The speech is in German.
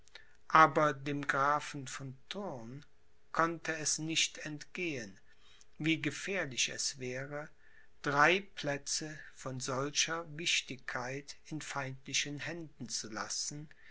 aber dem grafen von thurn konnte es nicht entgehen wie gefährlich es wäre drei plätze von solcher wichtigkeit in feindlichen händen zu lassen